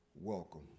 welcome